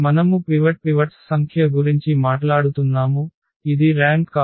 మనము పివట్స్ సంఖ్య గురించి మాట్లాడుతున్నాముఇది ర్యాంక్ కాదు